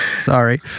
Sorry